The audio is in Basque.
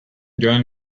joan